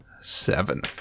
Seven